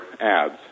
ads